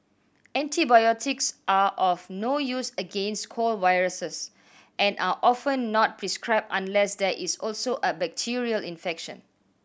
antibiotics are of no use against cold viruses and are often not prescribed unless there is also a bacterial infection